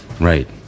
Right